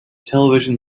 television